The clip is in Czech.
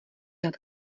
nad